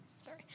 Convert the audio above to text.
Sorry